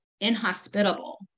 inhospitable